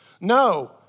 No